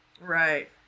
Right